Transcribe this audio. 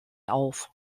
auf